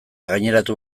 gaineratu